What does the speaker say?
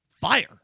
Fire